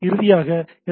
இறுதியாக எஸ்